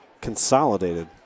consolidated